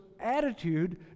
attitude